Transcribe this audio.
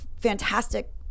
fantastic